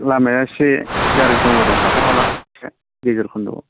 लामाया एसे गाज्रि दं आरो हाखर हाला दं एसे गेजेर खोन्दोआव